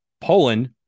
Poland